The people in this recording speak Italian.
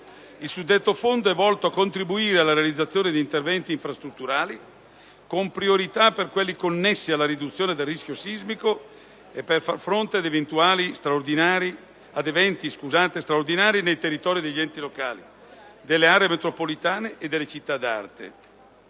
Il suddetto Fondo è volto a contribuire alla realizzazione di interventi infrastrutturali, con priorità per quelli connessi alla riduzione del rischio sismico e per far fronte ad eventi straordinari nei territori degli enti locali, delle aree metropolitane e delle città d'arte.